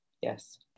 Yes